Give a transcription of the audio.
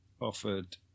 offered